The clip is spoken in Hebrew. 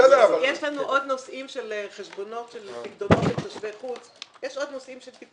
יש לנו עוד נושאים של חשבונות של פיקדונות של תושבי חוץ שהוספנו.